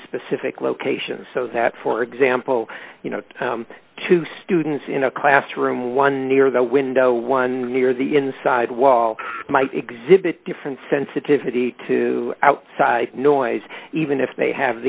specific location so that for example you know two students in a classroom one near the window one near the inside wall might exhibit different sensitivity to outside noise even if they have